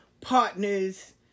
partners